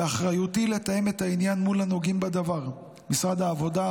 באחריותי לתאם את העניין מול הנוגעים בדבר: משרד העבודה,